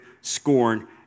scorn